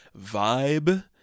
Vibe